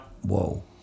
Whoa